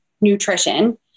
nutrition